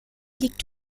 liegt